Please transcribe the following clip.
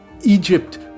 Egypt